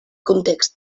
context